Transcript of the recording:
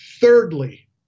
Thirdly